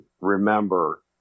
remember